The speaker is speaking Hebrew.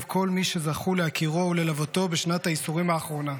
כל מי שזכו להכירו וללוותו בשנת הייסורים האחרונה.